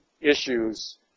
issues